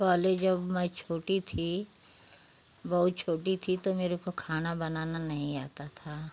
पहले जब मैं छोटी थी बहुत छोटी थी तो मेरे को खाना बनाना नहीं आता था